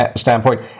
standpoint